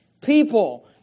people